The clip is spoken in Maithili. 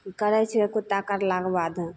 ई करै छिए कुत्ता काटलाके बाद हम